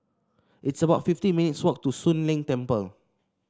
it's about fifty minutes' walk to Soon Leng Temple